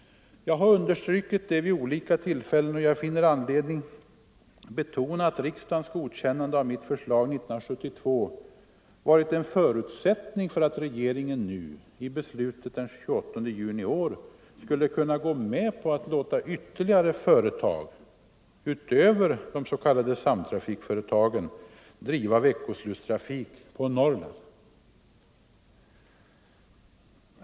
Jag har understrukit det vid olika tillfällen, och jag finner anledning betona att riksdagens godkännande av mitt förslag 1972 varit en förutsättning för att regeringen nu i beslutet den 28 juni i år skulle kunna gå med på att låta ytterligre företag — utöver de s.k. samtrafikföretagen — driva veckoslutstrafik på Norrland.